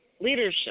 leadership